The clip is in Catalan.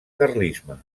carlisme